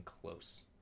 close